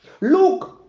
Look